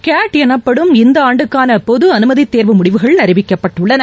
gate எனப்படும் இந்த ஆண்டுக்கான பொது அனுமதி தேர்வு முடிவுகள் அறிவிக்கப்பட்டுள்ளன